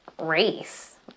race